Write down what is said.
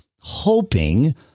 hoping